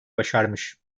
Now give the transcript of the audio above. başarmış